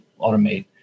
automate